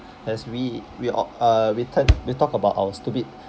as we we a~ uh we te~ we talked about our stupid